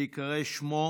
בהיקרא שמו,